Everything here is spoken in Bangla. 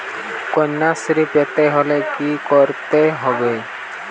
কন্যাশ্রী পেতে হলে কি করতে হবে?